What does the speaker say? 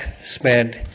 spent